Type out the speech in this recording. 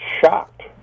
shocked